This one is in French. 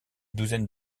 douzaine